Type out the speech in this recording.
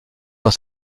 dans